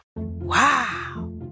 Wow